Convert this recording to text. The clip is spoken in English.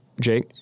Jake